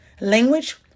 language